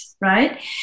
right